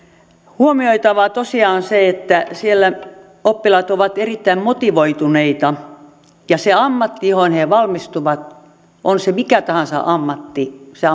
huomioitavaa tosiaan on se että siellä oppilaat ovat erittäin motivoituneita ja se ammatti johon he valmistuvat on se mikä tahansa ammatti se